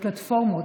לפלטפורמות,